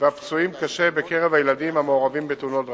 והפצועים קשה בקרב הילדים המעורבים בתאונות דרכים.